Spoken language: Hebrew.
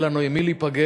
יהיה לנו עם מי להיפגש,